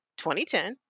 2010